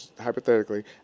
hypothetically